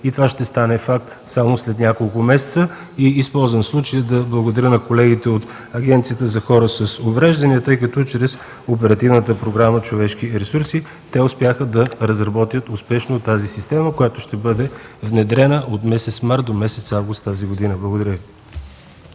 И това ще стане факт само след няколко месеца. Използвам случая да благодаря на колегите от Агенцията за хора с увреждания, тъй като чрез Оперативната програма „Човешки ресурси” те успяха да разработят успешно тази система, която ще бъде внедрена от месец март до месец август тази година. Благодаря